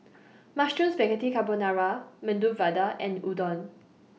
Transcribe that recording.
Mushroom Spaghetti Carbonara Medu Vada and Udon